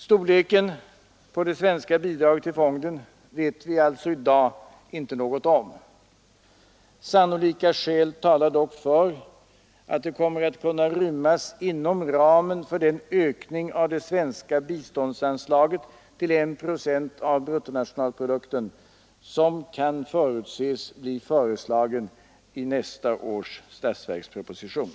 Storleken på det svenska bidraget till fonden vet vi alltså i dag inte något om. Sannolika skäl talar dock för att det kommer att kunna rymmas inom ramen för den ökning av det svenska biståndsanslaget till 1 procent av bruttonationalprodukten som kan förutses bli föreslagen i nästa års statsverksproposition.